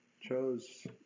chose